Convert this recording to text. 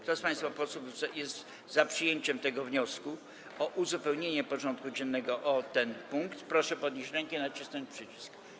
Kto z państwa posłów jest za przyjęciem wniosku o uzupełnienie porządku dziennego o ten punkt, proszę podnieść rękę i nacisnąć przycisk.